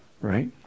Right